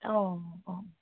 অঁ অঁ